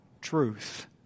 truth